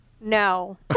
No